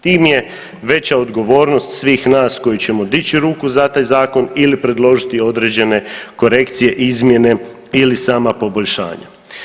Tim je veća odgovornost svih nas koji ćemo dići ruku za taj zakon ili predložiti određene korekcije, izmjene ili sama poboljšanja.